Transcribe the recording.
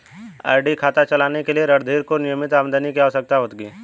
RD खाता चलाने के लिए रणधीर को नियमित आमदनी की आवश्यकता होगी